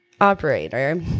Operator